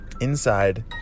Inside